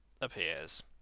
appears